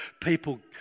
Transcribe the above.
people